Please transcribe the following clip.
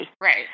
Right